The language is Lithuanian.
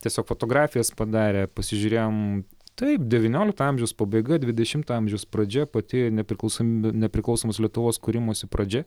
tiesiog fotografijas padarė pasižiūrėjom taip devyniolikto amžiaus pabaiga dvidešimto amžiaus pradžia pati nepriklausomybė nepriklausomos lietuvos kūrimosi pradžia